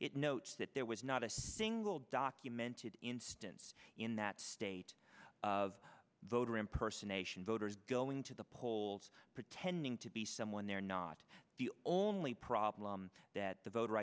it notes that there was not a single documented instance in that state of voter in person a should voters going to the polls pretending to be someone they're not the only problem that the voter